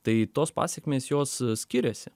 tai tos pasekmės jos skiriasi